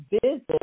visit